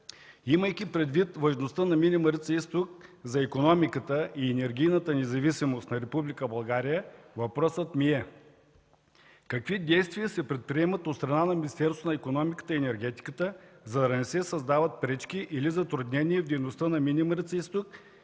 Имайки предвид важността на „Мини Марица изток” за икономиката и енергийната независимост на Република България, въпросът ми е: какви действия се предприемат от страна на Министерството на икономиката и енергетиката, за да не се създават пречки или затруднения в дейността на „Мини Марица изток”